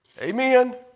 Amen